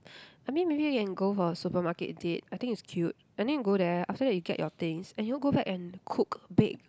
I mean maybe you can go for supermarket date I think it's cute and then you go there after that you get your things and you all go back and cook bake